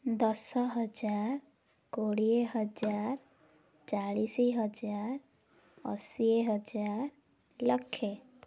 ଦଶ ହଜାର କୋଡ଼ିଏ ହଜାର ଚାଳିଶ ହଜାର ହଜାର ଅଶୀ ଲକ୍ଷେ